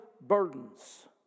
burdens